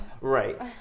right